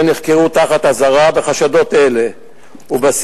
הם נחקרו תחת אזהרה בגין חשדות אלה ובסיום